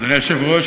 אדוני היושב-ראש,